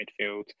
midfield